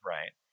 Right